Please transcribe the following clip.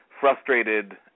frustrated